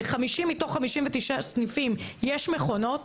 ל-50 מתוך 59 סניפים יש מכונות.